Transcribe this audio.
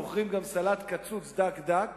מוכרים גם סלט קצוץ דק דק